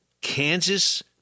Kansas –